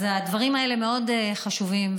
הדברים האלה מאוד חשובים,